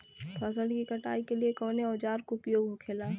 फसल की कटाई के लिए कवने औजार को उपयोग हो खेला?